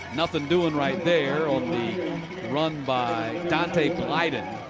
nothing doing right there on the run by blyten.